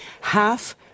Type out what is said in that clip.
half